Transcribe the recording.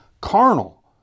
carnal